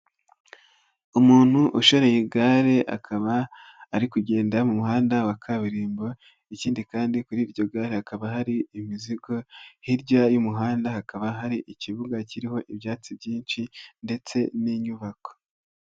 Umuntu ushoreye igare akaba ari kugenda mu muhanda wa kaburimbo, ikindi kandi kuri iryo gare hakaba hari imizigo, hirya y'umuhanda hakaba hari ikibuga kiriho ibyatsi byinshi ndetse n'inyubako.